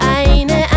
eine